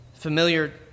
familiar